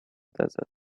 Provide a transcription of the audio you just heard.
desert